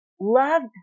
loved